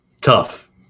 tough